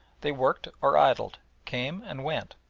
they worked or idled, came and went,